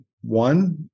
one